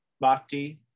Bhakti